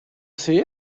see